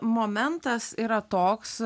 momentas yra toks